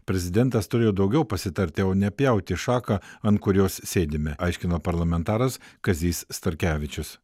prezidentas turėjo daugiau pasitarti o ne pjauti šaką ant kurios sėdime aiškino parlamentaras kazys starkevičius